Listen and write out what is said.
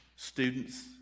Students